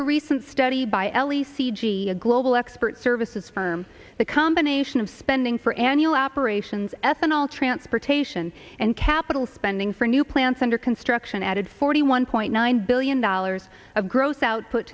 a recent study by l e c g a global expert services firm the combination of spending for annual operations ethanol transportation and capital spending for new plants under construction added forty one point nine billion dollars of gross output